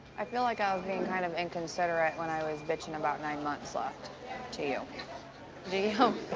i feel like i was being kind of inconsiderate when i was bitching about nine months left to you. do you?